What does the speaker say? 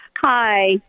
Hi